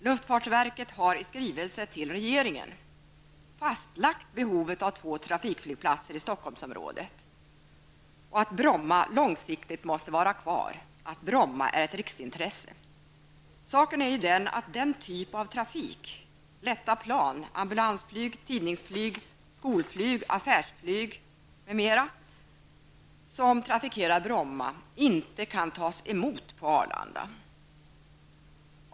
Luftfartsverket har i skrivelse till regeringen fastlagt behovet av två trafikflygplatser i Stockholmsområdet och av att Bromma långsiktigt måste vara kvar, att Bromma är ett riksintresse. Saken är ju den att den typ av trafik — lätta plan, ambulansflyg, tidningsflyg, skolflyg, affärsflyg m.m. — som trafikerar Bromma inte kan tas emot på Arlanda.